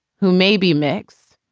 who maybe mix,